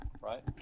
right